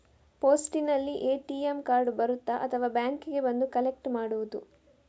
ಪೋಸ್ಟಿನಲ್ಲಿ ATM card ಬರುತ್ತಾ ಅಥವಾ ಬ್ಯಾಂಕಿಗೆ ಬಂದು ಕಲೆಕ್ಟ್ ಮಾಡುವುದು?